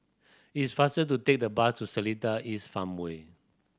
it's faster to take the bus to Seletar East Farmway